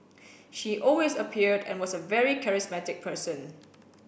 she always appeared and was a very charismatic person